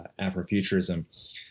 Afrofuturism